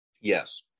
Yes